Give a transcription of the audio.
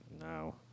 No